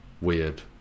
weird